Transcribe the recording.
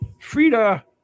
frida